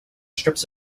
strips